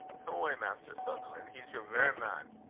come awa', maister sutherlan', he's yer verra man.